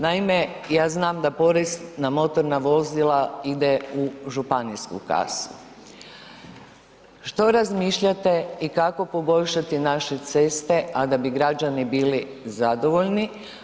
Naime, ja znam da porez na motorna vozila ide u županijsku kasu, što razmišljate i kako poboljšati naše ceste, a da bi građani bili zadovoljni.